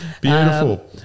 Beautiful